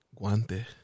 Guante